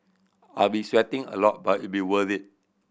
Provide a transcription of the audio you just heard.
I'll be sweating a lot but it'll be worth it